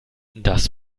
das